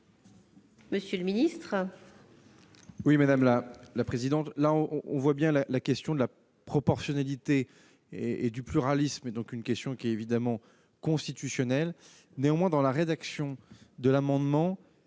monsieur le ministre.